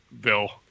Bill